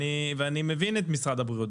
ואני מבין את משרד הבריאות.